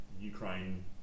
Ukraine